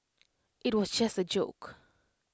IT was just A joke